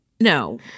No